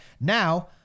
Now